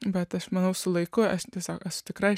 bet aš manau su laiku aš tiesiog esu tikra